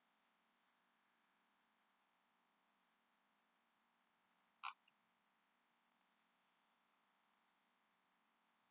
uh